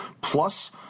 Plus